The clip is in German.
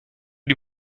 die